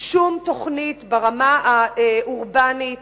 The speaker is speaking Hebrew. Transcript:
שום תוכנית ברמה האורבנית